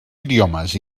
idiomes